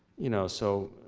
you know, so,